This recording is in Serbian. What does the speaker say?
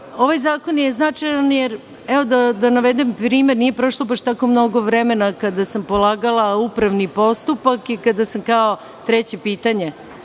zakon je značajan, evo da navedem primer, nije prošlo baš tako mnogo vremena kada sam polagala upravni postupak i kada sam kao treće pitanje